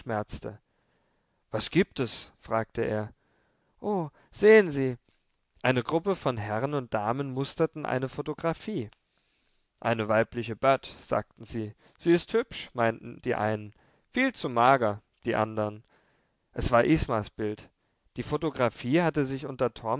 was gibt es fragte er o sehen sie eine gruppe von herren und damen musterten eine photographie eine weibliche bat sagten sie sie ist hübsch meinten die einen viel zu mager die andern es war ismas bild die photographie hatte sich unter